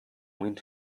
went